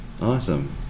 Awesome